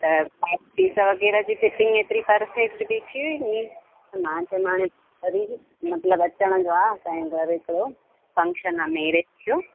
त pant piece वग़ैरह बि फिटिंग हेतरी परफेक्ट खीची हुई नी मां त हाणे कॾहिं बि मतिलबु अचण जा असांजे घर जो फंक्शन आ मेरिज जो